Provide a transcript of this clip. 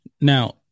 Now